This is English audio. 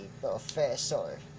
professor